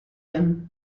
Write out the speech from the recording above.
him